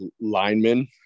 linemen